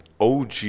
OG